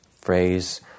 phrase